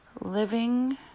living